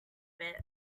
bit